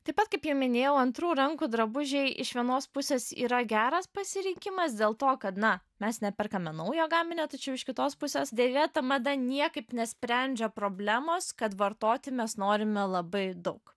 taip pat kaip jau minėjau antrų rankų drabužiai iš vienos pusės yra geras pasirinkimas dėl to kad na mes neperkame naujo gaminio tačiau iš kitos pusės dėvėta mada niekaip nesprendžia problemos kad vartoti mes norime labai daug